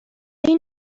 این